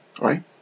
right